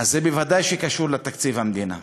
אז ודאי שזה קשור לתקציב המדינה,